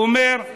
אומר,